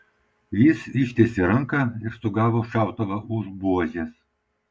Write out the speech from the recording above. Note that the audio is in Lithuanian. jis ištiesė ranką ir sugavo šautuvą už buožės